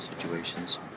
situations